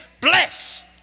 Bless